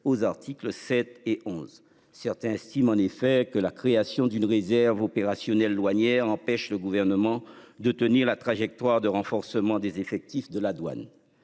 aux articles 7 et 11. Certains estiment en effet que la création d'une réserve opérationnelle douanières empêche le gouvernement de tenir la trajectoire de renforcement des effectifs de la douane.